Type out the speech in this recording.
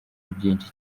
byinshi